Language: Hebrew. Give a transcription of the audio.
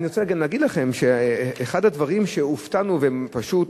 אני רוצה גם להגיד לכם שאחד הדברים שהופתענו ופשוט